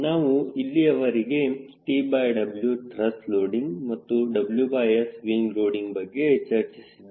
ನಾವು ಇಲ್ಲಿಯವರೆಗೆ TW thrust loading ಮತ್ತು WS ವಿಂಗ್ ಲೋಡಿಂಗ್ ಬಗ್ಗೆ ಚರ್ಚಿಸಿದ್ದೇವೆ